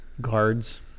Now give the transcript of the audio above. guards